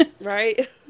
right